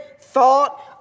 thought